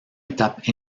étape